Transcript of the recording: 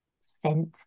scent